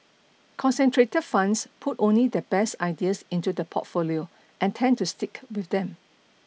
concentrated funds put only their best ideas into the portfolio and tend to stick with them